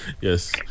Yes